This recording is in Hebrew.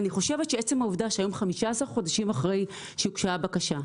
אני חושבת שהיום, 15 חודשים אחרי שהוגשה הבקשה,